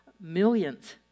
millions